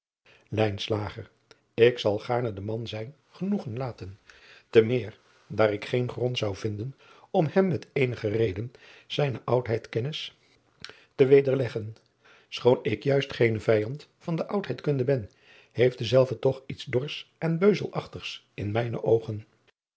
k zal gaarne den man zijn genoegen laten te meer daar ik geen grond zou vinden om hem met eenige reden zijne oudheidkenpis te wederleggen choon ik juist geene vijand van de oudheidkunde ben heeft dezelve toch iets dors en beuzelachtigs in mijne oogen